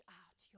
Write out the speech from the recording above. out